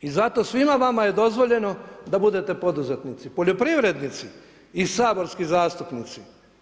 I zato svima vama je dozvoljeno da bude poduzetnici, poljoprivrednici i saborski zastupnici.